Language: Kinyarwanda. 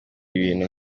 ibintu